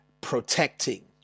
protecting